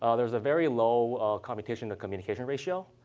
ah there's a very low computation to communication ratio.